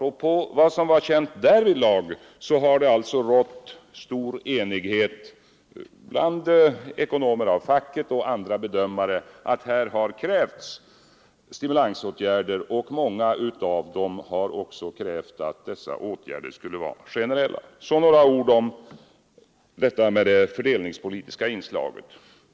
På grundval av vad som varit känt därvidlag har det rått stor enighet bland ekonomer av facket och andra bedömare om att det har krävts stimulansåtgärder, och många av dem har också krävt att dessa åtgärder skulle vara generella. Så några ord om det fördelningspolitiska inslaget.